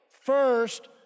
First